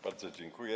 Bardzo dziękuję.